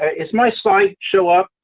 is my slide show up?